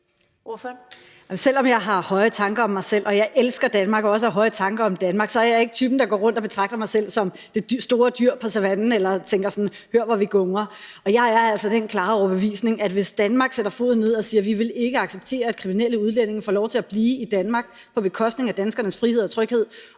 Selv om jeg har høje tanker om mig selv, og jeg elsker og også har høje tanker om Danmark, er jeg ikke typen, der går rundt og betragter mig selv som det store dyr på savannen eller tænker: Hør, hvor vi gungrer. Og jeg er altså af den klare overbevisning, at hvis Danmark sætter foden ned og siger, at vi ikke vil acceptere, at kriminelle udlændinge får lov til at blive i Danmark på bekostning af danskernes frihed og tryghed,